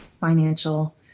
financial